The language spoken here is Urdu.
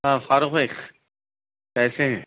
ہاں فاروق بھائی کیسے ہیں